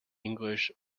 english